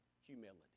Humility